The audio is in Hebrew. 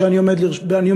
שאני עומד בראשה.